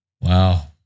Wow